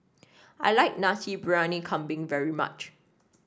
I like Nasi Briyani Kambing very much